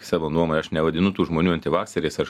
savo nuomonę aš nevadinu tų žmonių antivakseriais aš